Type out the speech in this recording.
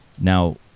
Now